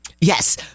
Yes